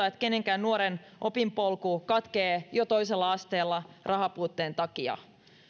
että kenenkään nuoren opinpolku katkeaa jo toisella asteella rahanpuutteen takia